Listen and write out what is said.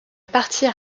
partir